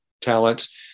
talents